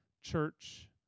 church